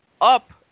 up